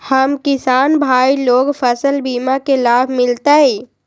हम किसान भाई लोग फसल बीमा के लाभ मिलतई?